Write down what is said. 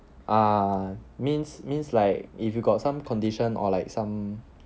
uh means means like if you got some condition or like some